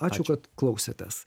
ačiū kad klausėtės